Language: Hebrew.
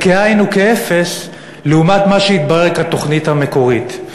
זה כאין וכאפס לעומת מה שהתברר כתוכנית המקורית.